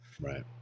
Right